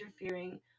interfering